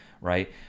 right